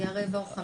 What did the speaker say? היה רבע או חמישית.